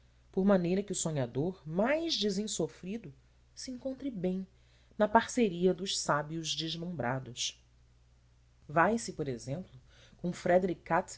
por maneira que o sonhador mais desensofrido se encontre bem na parceria dos sábios deslumbrados vai-se por exemplo com